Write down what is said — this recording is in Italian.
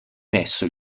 messo